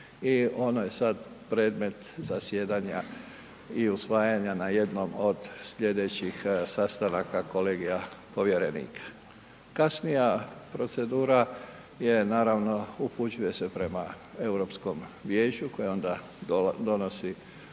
i ono je sad predmet zasjedanja i usvajanja na jednom od slijedećih sastanaka kolegija povjerenika. Kasnija procedura je naravno, upućuje se prema Europskom vijeću koje onda donosi